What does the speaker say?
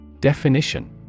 Definition